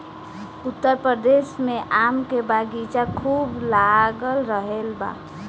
उत्तर प्रदेश में आम के बगीचा खूब लाग रहल बा